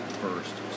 first